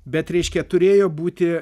bet reiškia turėjo būti